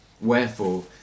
Wherefore